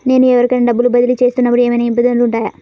నేను ఎవరికైనా డబ్బులు బదిలీ చేస్తునపుడు ఏమయినా ఇబ్బందులు వుంటాయా?